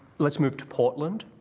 let's move to portland.